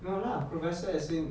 no lah professor as in